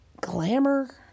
glamour